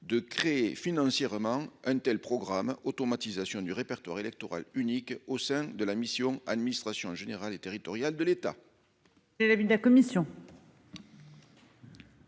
de créer financièrement un tel programme automatisation du répertoire électoral unique au sein de la mission Administration générale et territoriale de l'État.